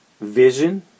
vision